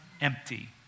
empty